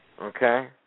Okay